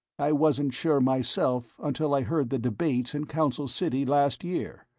i wasn't sure myself until i heard the debates in council city, last year.